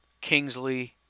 Kingsley